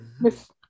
Miss